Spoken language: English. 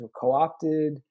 co-opted